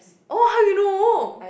oh how you know